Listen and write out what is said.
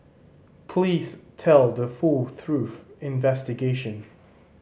please tell the full truth investigation